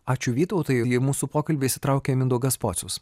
ačiū vytautai mūsų pokalbį įsitraukia mindaugas pocius